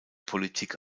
politik